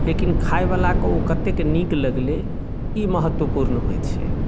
लेकिन खायबलाके ओ कत्तेक नीक लगले ई महत्वपूर्ण होइत छै